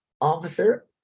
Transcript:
Officer